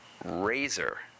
razor